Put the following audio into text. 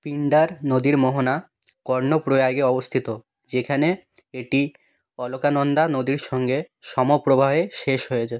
পিণ্ডার নদীর মোহনা কর্ণপ্রয়াগে অবস্থিত যেখানে এটি অলকানন্দা নদীর সঙ্গে সমপ্রবাহে শেষ হয়েছে